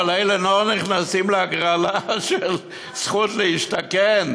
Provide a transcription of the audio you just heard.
אבל אלה לא נכנסים להגרלה של דיור להשתכן,